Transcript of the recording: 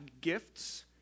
gifts